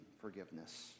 forgiveness